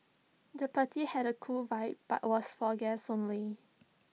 the party had A cool vibe but was for guests only